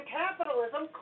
capitalism